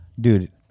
dude